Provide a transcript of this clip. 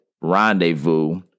rendezvous